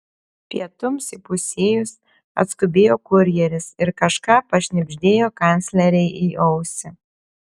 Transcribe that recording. pietums įpusėjus atskubėjo kurjeris ir kažką pašnibždėjo kanclerei į ausį